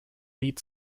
lead